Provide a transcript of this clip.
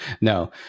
No